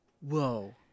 Whoa